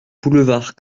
boulevard